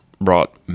brought